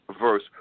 verse